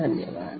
धन्यवाद